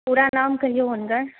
पूरा नाम क़हियौ हुनकर